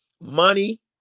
money